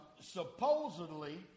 supposedly